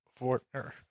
Fortner